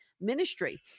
ministry